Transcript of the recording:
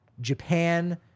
Japan